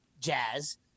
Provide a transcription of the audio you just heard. jazz